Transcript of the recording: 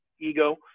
ego